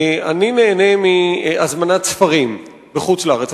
אני נהנה מהזמנת ספרים מחוץ לארץ,